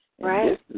Right